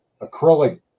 acrylic